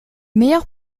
meilleurs